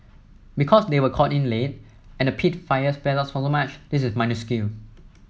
because they were called in late and the peat fire spread out so much this is minuscule